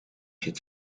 het